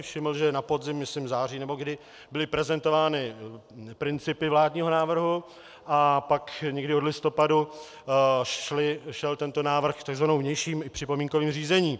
Všiml jsem si, že na podzim, myslím v září nebo kdy, byly prezentovány principy vládního návrhu a pak někdy od listopadu šel tento návrh tzv. vnějším připomínkovým řízením.